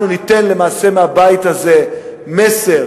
אנחנו ניתן למעשה מהבית הזה מסר,